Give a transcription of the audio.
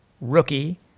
rookie